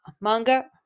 manga